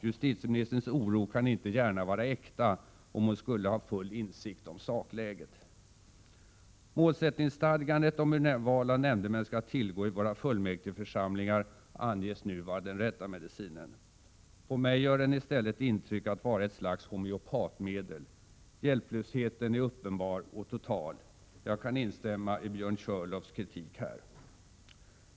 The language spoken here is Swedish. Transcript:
Justitieministerns oro kan inte gärna vara äkta, om hon skulle ha full insikt om sakläget. Målsättningsstadgandet om hur val av nämndemän skall tillgå i våra fullmäktigeförsamlingar anges nu vara den rätta medicinen. På mig gör den i stället intryck av att vara ett slags homeopatmedel. Hjälplösheten är uppenbar och total. Jag instämmer i Björn Körlofs kritik på denna punkt.